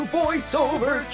voiceover